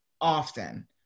often